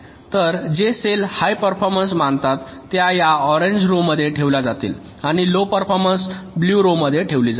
तर जे cell high performance मानतात त्या या ऑरेंज रो मध्ये ठेवल्या जातील आणि लो परफॉर्मन्स ब्लु रो वर ठेवली जाईल